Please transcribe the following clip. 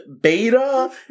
beta